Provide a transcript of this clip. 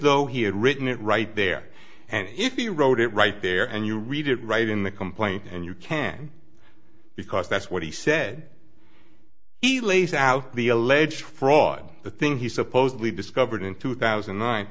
though he had written it right there and if you wrote it right there and you read it right in the complaint and you can because that's what he said he lays out the alleged fraud the thing he supposedly discovered in two thousand